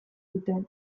duten